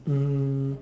um